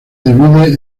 divide